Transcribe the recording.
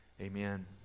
amen